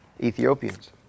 Ethiopians